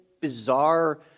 bizarre